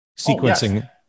sequencing